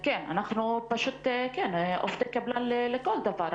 כן, אנחנו פשוט עובדי קבלן לכל דבר.